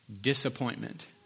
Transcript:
disappointment